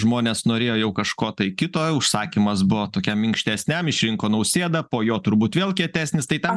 žmonės norėjo jau kažko tai kito užsakymas buvo tokiam minkštesniam išrinko nausėdą po jo turbūt vėl kietesnis tai tam